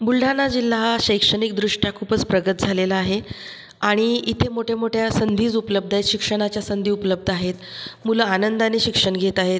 बुलढाणा जिल्हा हा शैक्षणिकदृष्ट्या खूपच प्रगत झालेला आहे आणि इथे मोठे मोठ्या संधी उपलब्ध आहे शिक्षणाच्या संधी उपलब्ध आहेत मुलं आनंदाने शिक्षण घेत आहेत